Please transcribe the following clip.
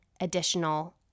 additional